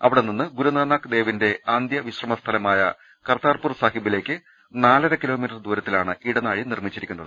അവിടെനിന്ന് ഗുരുനാനാക്ക് ദേവിന്റെ അന്ത്യവിശ്രമസ്ഥലമായ കർത്താർപൂർ സാഹിബിലേക്ക് നാലര കിലോമീറ്റർ ദൂരത്തിലാണ് ഇടനാഴി നിർമ്മിച്ചിരിക്കുന്നത്